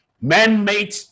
man-made